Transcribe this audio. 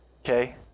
Okay